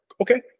okay